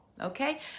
Okay